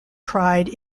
pride